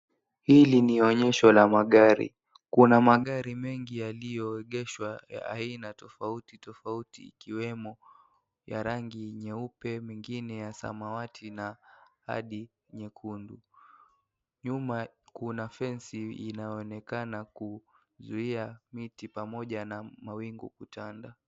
Hili ni onyesho la magari kuna magari mengine yaliyo egeshwa aina tofauti tofauti ikiwemo ya rangi nyeupe mengine ya samawati na hadi nyekundu nyuma kuna fensi inaonekana kuzuia miti pamoja na mawingu kitanda.